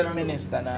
minister